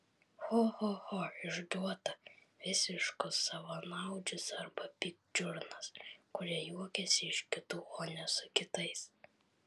cho cho cho išduoda visiškus savanaudžius arba pikčiurnas kurie juokiasi iš kitų o ne su kitais